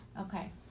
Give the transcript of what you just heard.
Okay